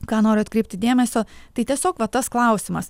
ką noriu atkreipti dėmesio tai tiesiog va tas klausimas